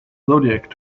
zodiac